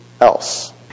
else